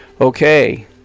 Okay